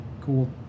Cool